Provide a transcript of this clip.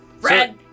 red